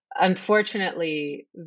Unfortunately